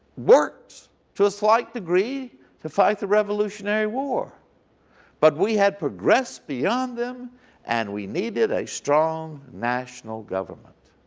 worked to a slight degree to fight the revolutionary war but we had progressed beyond them and we needed a strong national government.